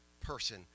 person